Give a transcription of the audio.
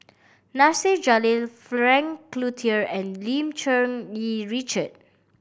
Nasir Jalil Frank Cloutier and Lim Cherng Yih Richard